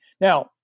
Now